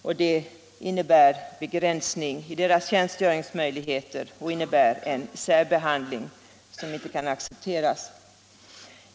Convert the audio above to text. En sådan begränsning av deras tjänstgöringsmöjligheter innebär en särbehandling som inte kan accepteras.